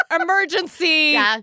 emergency